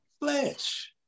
flesh